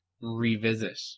revisit